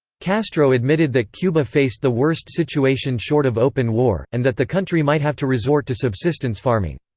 castro admitted that cuba faced the worst situation short of open war, and that the country might have to resort to subsistence farming.